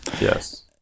Yes